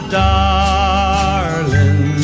darling